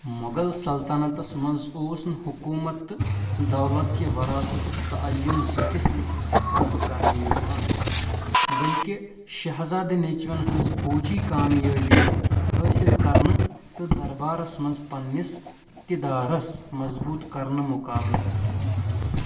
مُغل سلطنتس منٛز اوس نہٕ حکوٗمت تہٕ دَولَت کہِ وَراثتُک تعین زِٹِھس نیٚچِوِس حِسابہٕ کرنہٕ یِوان بٔلکہِ شہزادٕ نیٚچِوٮ۪ن ہٕنٛزِ فوجی کامیٲبِیہِ حٲصِل کرنہٕ تہٕ دربارس منٛز پنٕنِس اِقتِدارس مضبوٗط كرنہٕ مُقابلہٕ سۭتۍ